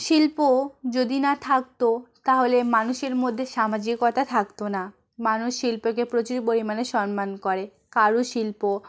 শিল্প যদি না থাকতো তাহলে মানুষের মধ্যে সামাজিকতা থাকতো না মানুষ শিল্পকে প্রচুর পরিমানে সন্মান করে কারুশিল্প